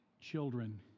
children